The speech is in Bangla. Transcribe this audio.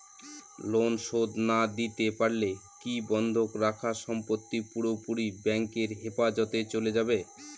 লোন শোধ না দিতে পারলে কি বন্ধক রাখা সম্পত্তি পুরোপুরি ব্যাংকের হেফাজতে চলে যাবে?